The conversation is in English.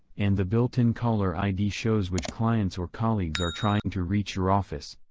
and the built-in caller id shows which clients or colleagues are trying to reach your office.